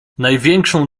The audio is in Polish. największą